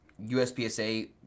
uspsa